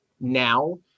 now